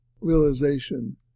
realization